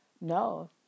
No